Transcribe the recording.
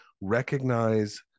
recognize